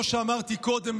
כמו שאמרתי קודם,